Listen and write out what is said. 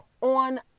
on